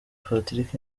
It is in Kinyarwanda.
patrick